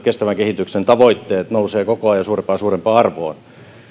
kestävän kehityksen tavoitteet nousevat koko ajan suurempaan ja suurempaan